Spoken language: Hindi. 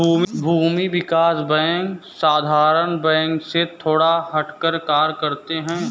भूमि विकास बैंक साधारण बैंक से थोड़ा हटकर कार्य करते है